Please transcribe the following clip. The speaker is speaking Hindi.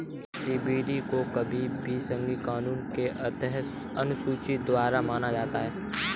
सी.बी.डी को अभी भी संघीय कानून के तहत अनुसूची दवा माना जाता है